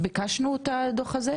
ביקשנו את הדוח הזה?